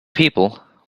people